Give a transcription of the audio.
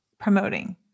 promoting